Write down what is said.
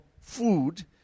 food